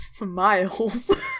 miles